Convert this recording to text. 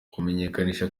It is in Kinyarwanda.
kumenyekanisha